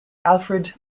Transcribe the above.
alfred